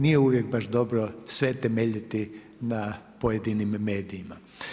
Nije uvijek baš dobro sve temeljiti na pojedinim medijima.